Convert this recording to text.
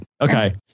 Okay